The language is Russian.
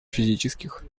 физических